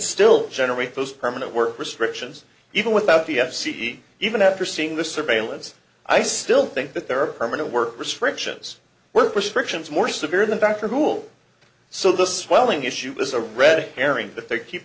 still generate those permanent work restrictions even without the c e even after seeing the surveillance i still think that there are permanent work restrictions were prescriptions more severe than back for hul so the swelling issue is a red herring that they keep